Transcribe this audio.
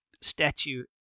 statue